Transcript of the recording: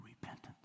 repentance